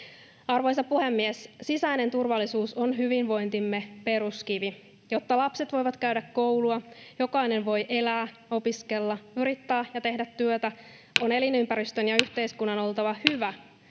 Arvoisa puhemies! Sisäinen turvallisuus on hyvinvoinnin peruskivi. Jotta lapset voivat käydä koulua, jokainen voi elää, opiskella, yrittää ja tehdä työtä, on elinympäristön ja yhteiskunnan oltava hyvä,